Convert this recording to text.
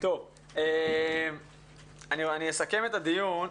אני אסכם את הדיון.